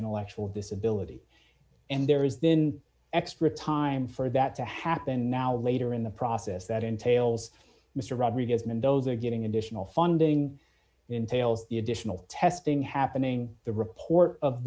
intellectual disability and there is then extra time for that to happen now later in the process that entails mr rodriguez mendoza getting additional funding entails the additional testing happening the report of